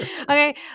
Okay